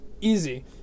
easy